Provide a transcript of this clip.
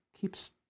keeps